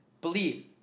Believe